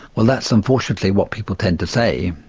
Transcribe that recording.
well that's unfortunately what people tend to say,